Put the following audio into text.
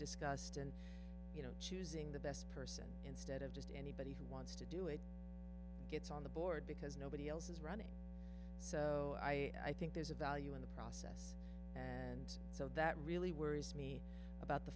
discussed and you know choosing the best person instead of just any wants to do it gets on the board because nobody else is running so i think there's a value in the process and so that really worries me about the